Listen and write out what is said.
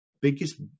biggest